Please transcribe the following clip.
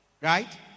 Right